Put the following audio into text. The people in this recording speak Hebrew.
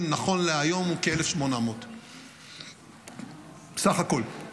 נכון להיום הוא כ-1,800 בסך הכול,